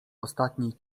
ostatniej